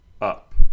up